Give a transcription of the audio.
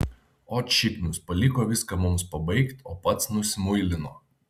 ot šiknius paliko viską mums pabaigt o pats nusimuilino